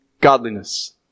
godliness